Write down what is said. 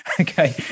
okay